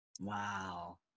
Wow